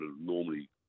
normally